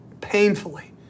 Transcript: painfully